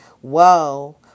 Whoa